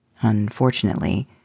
Unfortunately